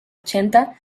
ochenta